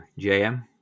JM